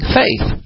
faith